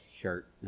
shirt